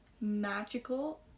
magical